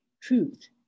truth